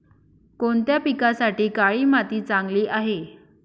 कोणत्या पिकासाठी काळी माती चांगली आहे?